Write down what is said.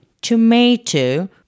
tomato